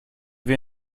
wir